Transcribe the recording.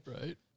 right